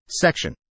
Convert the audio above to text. Section